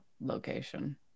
location